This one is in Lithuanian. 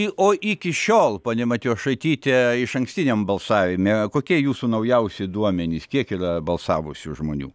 o iki šiol ponia matijošaityte išankstiniam balsavime kokie jūsų naujausi duomenys kiek yra balsavusių žmonių